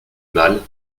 mal